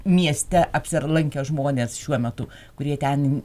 mieste apsilankę žmonės šiuo metu kurie ten